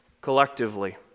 collectively